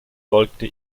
folgte